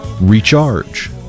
recharge